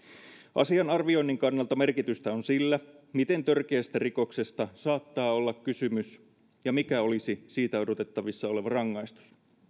antaa asian arvioinnin kannalta merkitystä on sillä miten törkeästä rikoksesta saattaa olla kysymys ja mikä olisi siitä odotettavissa oleva rangaistus